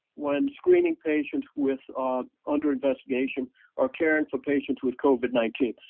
when screening patients with under investigation or caring for patients with covid nineteen?